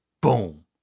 boom